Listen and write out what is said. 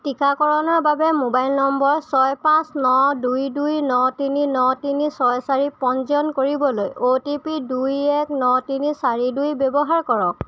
টিকাকৰণৰ বাবে মোবাইল নম্বৰ ছয় পাঁচ ন দুই দুই ন তিনি ন তিনি ছয় চাৰি পঞ্জীয়ন কৰিবলৈ অ' টি পি দুই এক ন তিনি চাৰি দুই ব্যৱহাৰ কৰক